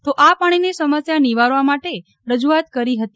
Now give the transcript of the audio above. તો આ પાણીની સમસ્યા નિવારવા માટે રજૂઆત કરી હતી